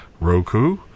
Roku